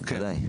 כדאי.